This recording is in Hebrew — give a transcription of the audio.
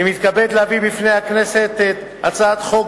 אני מתכבד להביא בפני הכנסת את הצעת חוק